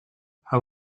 how